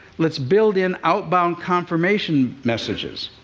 let's build in outbound confirmation messages,